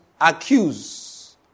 accuse